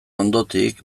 ondotik